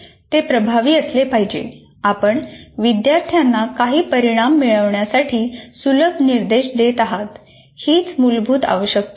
ते प्रभावी असले पाहिजे आपण विद्यार्थ्यांना काही परिणाम मिळविण्यासाठी सुलभ निर्देश देत आहात हीच मूलभूत आवश्यकता आहे